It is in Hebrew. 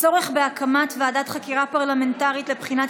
בנושא: הצורך בהקמת ועדת חקירה פרלמנטרית לבחינת